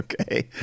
Okay